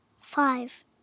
five